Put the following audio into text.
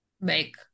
make